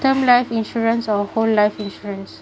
term life insurance or whole life insurance